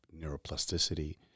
neuroplasticity